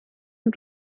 und